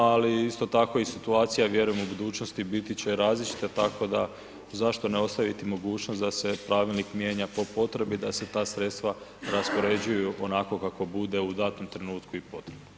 Ali isto tako i situacija vjerujem u budućnosti biti će različita tako da zašto ne ostaviti mogućnost da se pravilnik mijenja po potrebi da se ta sredstva raspoređuju onako kako bude u danom trenutku i potrebno.